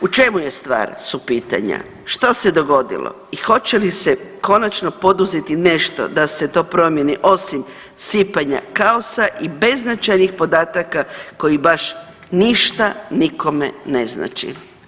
U čemu je stvar su pitanja, što se dogodilo i hoće li se konačno poduzeti nešto da se to promijeni osim sipanja kaosa i beznačajnih podataka koji baš ništa nikome ne znači.